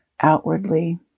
outwardly